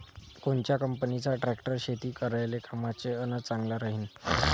कोनच्या कंपनीचा ट्रॅक्टर शेती करायले कामाचे अन चांगला राहीनं?